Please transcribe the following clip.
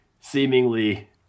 seemingly